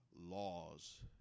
laws